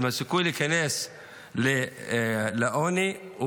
הסיכוי להיכנס לקו עוני,